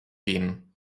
gehen